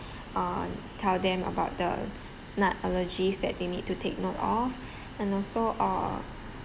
uh tell them about the nut allergies that they need to take note of and also uh